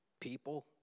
people